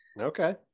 Okay